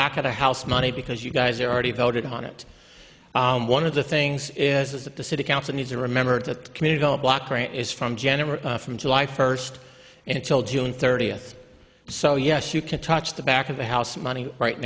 back of the house money because you guys are already voted on it one of the things is that the city council needs to remember that community don't block grant is from general from july first and till june thirtieth so yes you can touch the back of the house money right